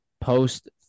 post